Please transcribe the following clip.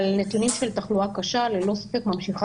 אבל הנתונים של התחלואה הקשה ללא ספק ממשיכים